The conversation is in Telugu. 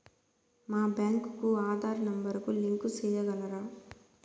మా బ్యాంకు కు ఆధార్ నెంబర్ కు లింకు సేయగలరా?